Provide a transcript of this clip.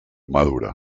madura